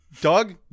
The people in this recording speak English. Doug